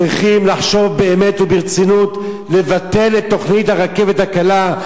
אני אומר לך שצריכים לחשוב באמת וברצינות לבטל את תוכנית הרכבת הקלה,